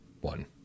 One